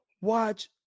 watch